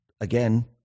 again